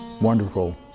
wonderful